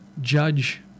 judge